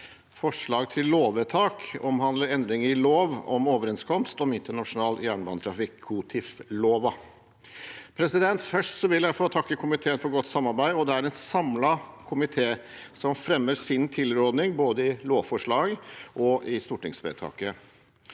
Forslaget til lovvedtak omhandler endringer i lov om overenskomst om internasjonal jernbanetrafikk, COTIF-lova. Først vil jeg få takke komiteen for godt samarbeid. Det er en samlet komité som fremmer sin tilråding når det gjelder både lovforslaget og stortingsvedtaket.